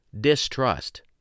distrust